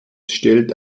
stellt